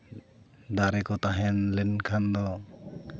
ᱫᱟᱨᱮ ᱠᱚ ᱛᱟᱦᱮᱸ ᱞᱮᱱᱠᱷᱟᱱ ᱫᱚ